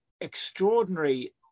extraordinary